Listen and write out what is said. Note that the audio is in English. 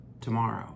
tomorrow